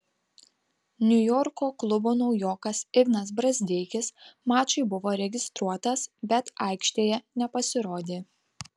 niujorko klubo naujokas ignas brazdeikis mačui buvo registruotas bet aikštėje nepasirodė